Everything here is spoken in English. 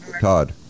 Todd